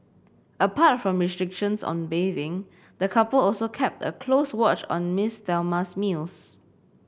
apart from restrictions on bathing the couple also kept a close watch on Miss Thelma's meals